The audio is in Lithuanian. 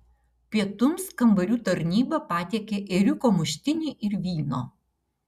pietums kambarių tarnyba patiekė ėriuko muštinį ir vyno